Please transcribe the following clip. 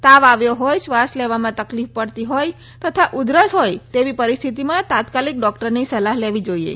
તાવ આવ્યો હોય શ્વાસ લેવામાં તકલીફ પડતી હોય તથા ઉધરસ હોય તેવી પરિસ્થિતિમાં તાત્કાલીક ડોક્ટરની સલાહ લેવી જોઈએ